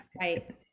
Right